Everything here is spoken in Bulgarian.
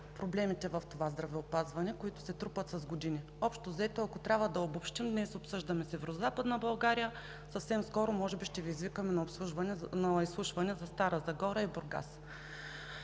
проблемите в здравеопазването, които се трупат с години. Общо взето, ако трябва да обобщим, днес обсъждаме Северозападна България, а съвсем скоро може би ще Ви извикаме на изслушване за Стара Загора и Бургас.